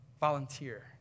volunteer